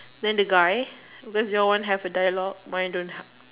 then the guy cause your one have a dialogue mine don't ha~